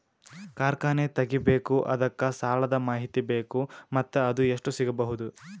ಕಾರ್ಖಾನೆ ತಗಿಬೇಕು ಅದಕ್ಕ ಸಾಲಾದ ಮಾಹಿತಿ ಬೇಕು ಮತ್ತ ಅದು ಎಷ್ಟು ಸಿಗಬಹುದು?